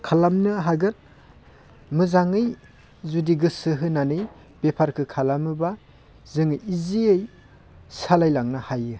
खालामनो हागोन मोजाङै जुदि गोसो होनानै बेफारखो खालामोब्ला जों इजियै सालायलांनो हायो